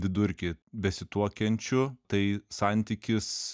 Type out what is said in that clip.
vidurkį besituokiančių tai santykis